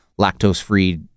lactose-free